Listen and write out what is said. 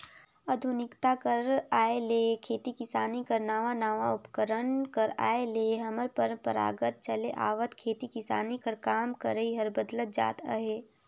आधुनिकता कर आए ले खेती किसानी कर नावा नावा उपकरन कर आए ले हमर परपरागत चले आवत खेती किसानी कर काम करई हर बदलत जात अहे